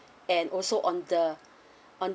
and also on the on